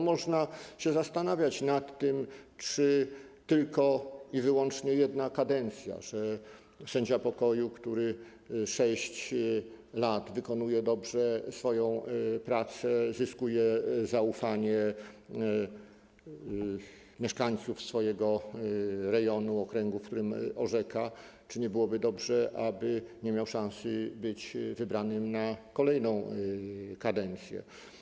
Można się zastanawiać nad tym, czy tylko i wyłącznie jedna kadencja, bo sędzia pokoju, który 6 lat wykonuje dobrze swoją pracę, zyskuje zaufanie mieszkańców swojego rejonu, okręgu, w którym orzeka, czy nie byłoby dobrze, aby miał szansę być wybrany na kolejną kadencję.